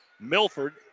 Milford